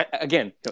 again